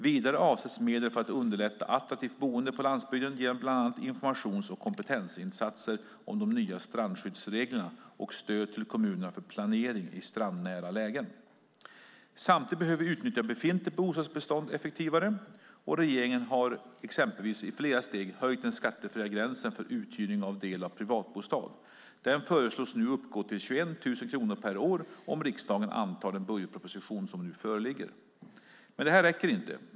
Vidare avsätts medel för att underlätta ett attraktivt boende på landsbygden genom bland annat informations och kompetensinsatser om de nya strandskyddsreglerna och stöd till kommunerna för planering i strandnära lägen. Samtidigt behöver vi utnyttja befintligt bostadsbestånd effektivare. Regeringen har exempelvis i flera steg höjt den skattefria gränsen för uthyrning av del av privatbostad. Den föreslås nu uppgå till 21 000 kronor per år, om riksdagen antar den budgetproposition som nu föreligger. Men det här räcker inte.